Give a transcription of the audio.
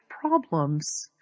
problems